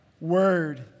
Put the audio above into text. word